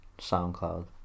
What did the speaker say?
SoundCloud